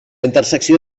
intersecció